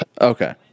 Okay